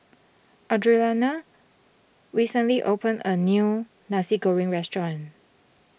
Audrianna recently opened a new Nasi Goreng restaurant